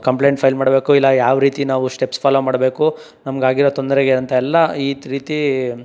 complaint file ಮಾಡಬೇಕು ಇಲ್ಲ ಯಾವ ರೀತಿ ನಾವು ಸ್ಟೆಪ್ಸ್ ಫಾಲೋ ಮಾಡಬೇಕು ನಮಗಾಗಿರೋ ತೊಂದರೆಗೆ ಅಂತೆಲ್ಲ ಈ ರೀತಿ